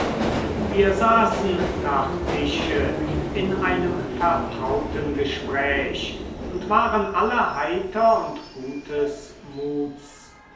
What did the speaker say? wir saßen nach tische in einem vertrauten gespräch und waren alle heiter und gutes muts